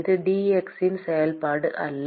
இது dx இன் செயல்பாடு அல்ல